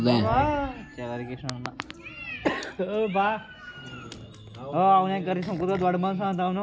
ರಸಗೊಬ್ಬರ ಕಂಪನಿಗಳು ಕೃಷಿ ವಿಧಾನಗಳನ್ನು ನಿಯಂತ್ರಿಸಬಹುದೇ?